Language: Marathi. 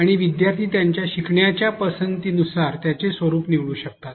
आणि विद्यार्थी त्यांच्या शिकण्याच्या पसंतीनुसार त्यांचे स्वरूप निवडू शकतात